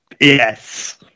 yes